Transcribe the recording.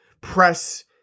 press